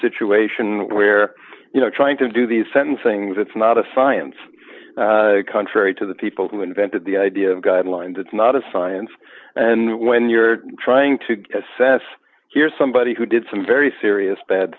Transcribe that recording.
situation where you know trying to do these sentencings it's not a science contrary to the people who invented the idea of guidelines it's not a science and when you're trying to assess here's somebody who did some very serious bad